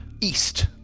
east